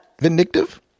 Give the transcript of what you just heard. vindictive